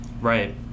Right